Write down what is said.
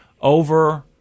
over